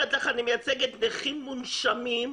אומרת לך שאני מייצגת נכים מונשמים,